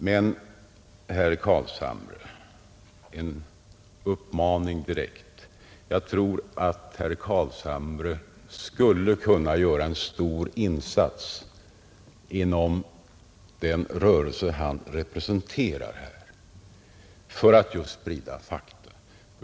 Men, herr Carlshamre — detta är en direkt uppmaning — jag tror att herr Carlshamre här skulle kunna göra en stor insats inom den rörelse han representerar för att just sprida fakta.